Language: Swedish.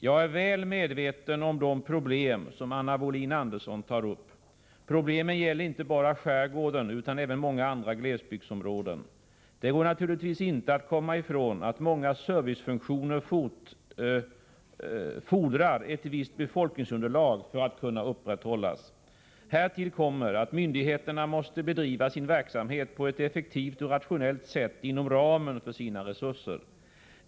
Jag är väl medveten om de problem som Anna Wohlin-Andersson tar upp. Problemen gäller inte bara skärgården utan även många andra glesbygdsområden. Det går naturligtvis inte att komma ifrån att många servicefunktioner fordrar ett visst befolkningsunderlag för att kunna upprätthållas. Härtill kommer att myndigheterna måste bedriva sin verksamhet på ett effektivt och rationellt sätt inom ramen för sina resurser.